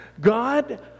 God